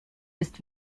ist